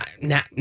now